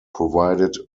provided